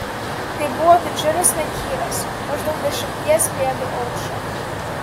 tai buvo didžiulis menhyras maždaug dešimties pėdų aukščio